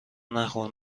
نخور